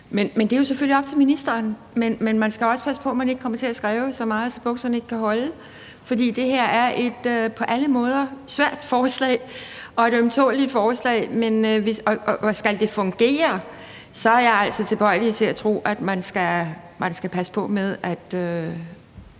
op til ministeren, men man skal også passe på, at man ikke kommer til at skræve så meget, så bukserne ikke kan holde, fordi det her er et på alle måder svært forslag og et ømtåleligt forslag. Skal det fungere, er jeg altså tilbøjelig til at tro, at man skal passe på med alle